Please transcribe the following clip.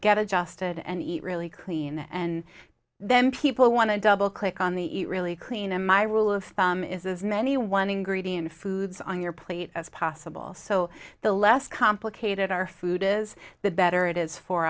get adjusted and eat really clean and then people want to double click on the eat really clean and my rule of thumb is as many one ingredient foods on your plate as possible so the less complicated our food is the better it is for